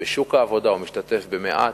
בשוק העבודה, או משתתף מעט.